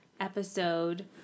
episode